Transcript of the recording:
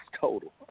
total